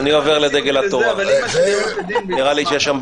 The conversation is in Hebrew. תאמין לי,